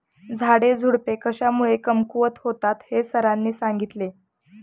झाडेझुडपे कशामुळे कमकुवत होतात हे सरांनी सांगितले